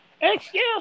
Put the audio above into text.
Excuse